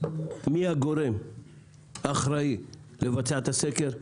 מי הגורם האחראי לבצע את הסקר.